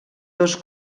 dos